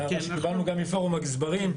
קיבלנו את זה גם מפורום הגזברים.